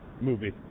movie